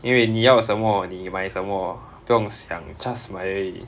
因为你要什么你买什么不用想 just 买而已